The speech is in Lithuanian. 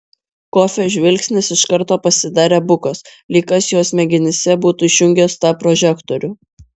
kofio žvilgsnis iš karto pasidarė bukas lyg kas jo smegenyse būtų išjungęs tą prožektorių